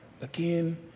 again